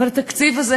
אבל התקציב הזה,